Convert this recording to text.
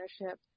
ownership